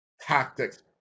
tactics